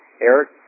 Eric